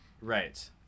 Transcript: Right